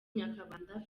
nyakabanda